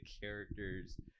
characters